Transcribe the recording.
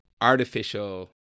artificial